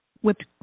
whipped